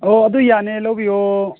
ꯑꯣ ꯑꯗꯨ ꯌꯥꯅꯤ ꯂꯧꯕꯤꯌꯣ